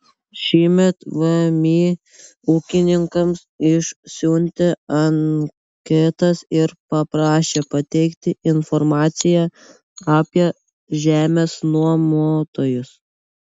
šįmet vmi ūkininkams išsiuntė anketas ir paprašė pateikti informaciją apie žemės nuomotojus